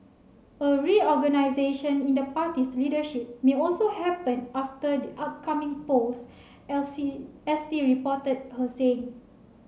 a reorganisation in the party's leadership may also happen after the upcoming polls S T reported her saying